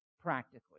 Practically